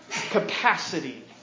capacity